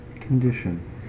Condition